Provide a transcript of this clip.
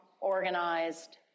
organized